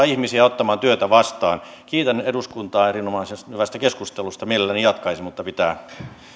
ihmisiä ottamaan työtä vastaan kiitän eduskuntaa erinomaisen hyvästä keskustelusta mielelläni jatkaisin mutta pitää